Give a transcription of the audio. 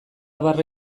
barre